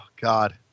God